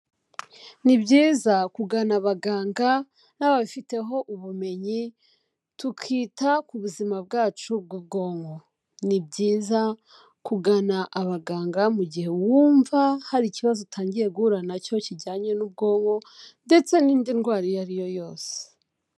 Ni byiza kugana abaganga n'ababifiteho ubumenyi, tukita ku buzima bwacu bw'ubwonko. Ni byiza kugana abaganga mu gihe wumva hari ikibazo utangiye guhura na cyo kijyanye n'ubwonko ndetse n'indi ndwara iyo ari yo yose.